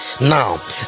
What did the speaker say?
now